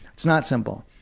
it's not simple.